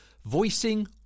Voicing